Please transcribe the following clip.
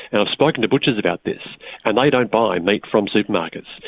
and i've spoken to butchers about this and they don't buy meat from supermarkets.